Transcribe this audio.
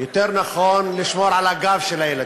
יותר נכון, לשמור על הגב של הילדים.